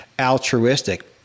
altruistic